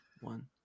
one